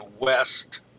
west